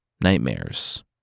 nightmares